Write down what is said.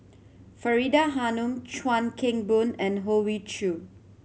Faridah Hanum Chuan Keng Boon and Hoey Choo